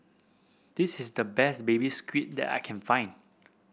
this is the best Baby Squid that I can find